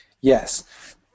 Yes